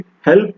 help